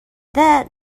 that